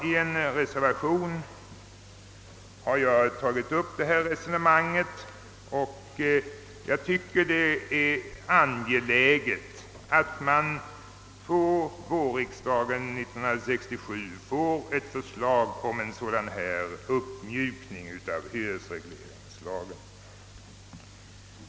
I en reservation har jag tagit upp detta resonemang. Jag tycker det är angeläget att vårriksdagen 1967 får ett förslag om en sådan uppmjukning av hyresregleringslagen.